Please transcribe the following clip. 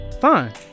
Fine